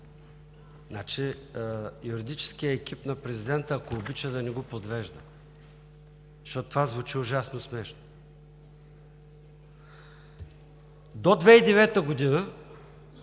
юридическият екип на президента, ако обича, да не го подвежда, защото това звучи ужасно смешно. До 2009 г.,